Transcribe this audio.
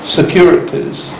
securities